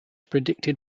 predicted